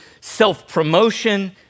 self-promotion